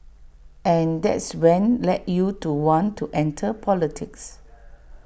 and that's when led you to want to enter politics